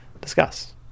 discuss